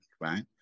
right